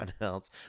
else